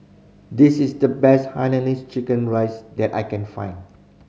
this is the best hainanese chicken rice that I can find